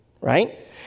right